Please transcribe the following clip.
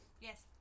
Yes